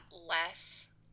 less